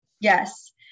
Yes